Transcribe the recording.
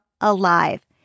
alive